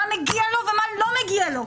מה מגיע לו ומה לא מגיע לו,